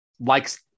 likes